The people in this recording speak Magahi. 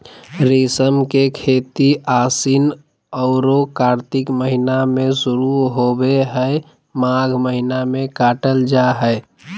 रेशम के खेती आशिन औरो कार्तिक महीना में शुरू होबे हइ, माघ महीना में काटल जा हइ